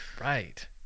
Right